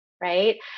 right